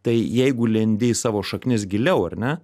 tai jeigu lendi į savo šaknis giliau ar ne